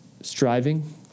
Striving